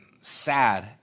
sad